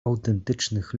autentycznych